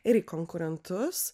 ir į konkurentus